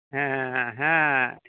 ᱦᱮᱸ ᱦᱮᱸ ᱦᱮᱸ ᱦᱮᱸ